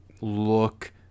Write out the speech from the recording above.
look